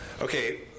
Okay